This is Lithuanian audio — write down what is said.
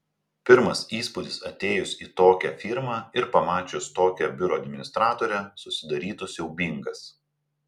pirmas įspūdis atėjus į tokią firmą ir pamačius tokią biuro administratorę susidarytų siaubingas